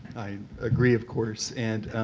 i agree, of course. and